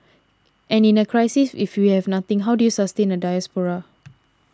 and in a crisis if we have nothing how do you sustain a diaspora